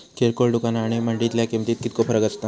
किरकोळ दुकाना आणि मंडळीतल्या किमतीत कितको फरक असता?